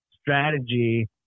strategy